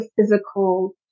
physical